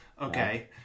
Okay